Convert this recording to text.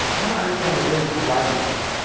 i want to understand what it is to write a book.